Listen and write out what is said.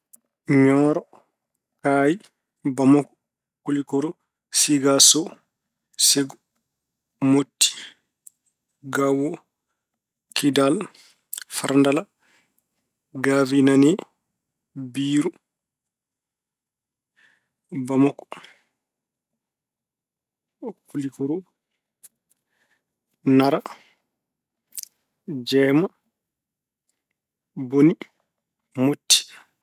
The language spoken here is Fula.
Ñooro, Kaayi, Bamako, Kulikoro, Sigaso, Segu, Motti, Gao, Kidal, Farandala, Gawinane, Biiru, Bamako, Kulikoro, Nara, Jeema, Boni, Motti.